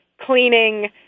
cleaning